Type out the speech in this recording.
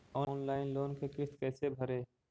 Online loan के किस्त कैसे भरे?